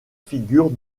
figure